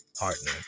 partner